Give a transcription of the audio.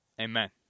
Amen